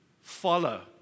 follow